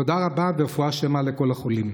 תודה רבה, ורפואה שלמה לכל החולים.